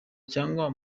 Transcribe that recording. cyangwa